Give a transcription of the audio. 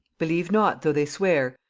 believe not, though they swear,